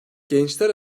gençler